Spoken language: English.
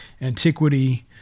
antiquity